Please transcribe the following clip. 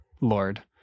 Lord